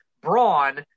Braun